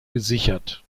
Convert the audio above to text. gesichert